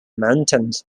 mountains